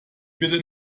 bitte